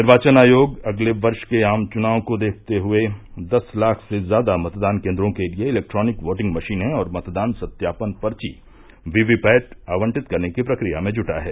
निर्वाचन आयोग अगले वर्ष के आम चुनाव को देखते हुए दस लाख से ज्यादा मतदान केन्द्रों के लिए इलेक्ट्रॉनिक वोटिंग मशीनें और मतदान सत्यापन पर्ची वीवीपैट आवंटित करने की प्रक्रिया में जुटा है